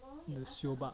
siobak